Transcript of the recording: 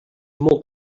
molt